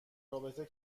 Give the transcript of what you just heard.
رابطه